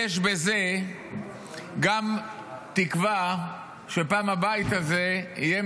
יש בזה גם תקווה שפעם הבית הזה יהיה